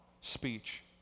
speech